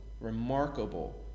remarkable